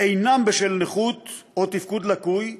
אינם בשל נכות או תפקוד לקוי.